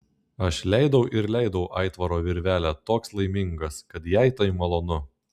aš leidau ir leidau aitvaro virvelę toks laimingas kad jai tai malonu